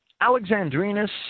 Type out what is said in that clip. Alexandrinus